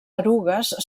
erugues